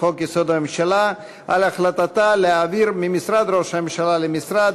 לחוק-יסוד: הממשלה על החלטתה להעביר ממשרד ראש הממשלה למשרד